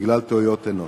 בגלל טעויות אנוש.